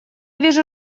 вижу